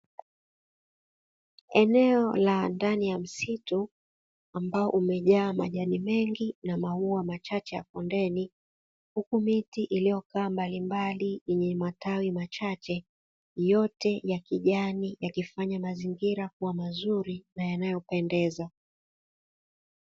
Eneo la ndani ya msitu ambao umejaa majani mengi na maua machache ya bondeni huku miti iliyokaa mbalimbali yenye majani machache, yote ya kijani yakifanya mazingira kuwa mazuri na yanayopendeza.